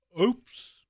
Oops